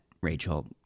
Rachel